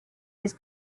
his